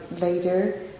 later